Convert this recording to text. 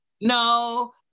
No